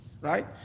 right